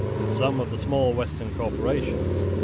in some of the small western corporations,